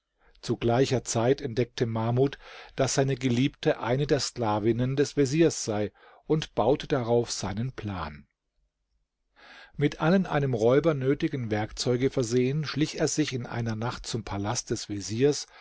zu gleicher zeit entdeckte mahmud daß seine geliebte eine der sklavinnen des veziers sei und baute darauf seinen plan mit allen einem räuber nötigen werkzeuge versehen schlich er sich in einer nacht zum palast des veziers